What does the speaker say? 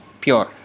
pure